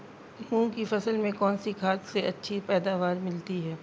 मूंग की फसल में कौनसी खाद से अच्छी पैदावार मिलती है?